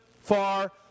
far